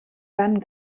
dann